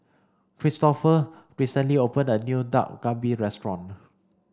Kristoffer recently opened a new Dak Galbi restaurant